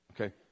Okay